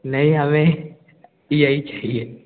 नहीं हमें यही चाहिए